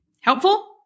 Helpful